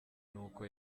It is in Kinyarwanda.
n’uko